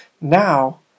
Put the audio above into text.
Now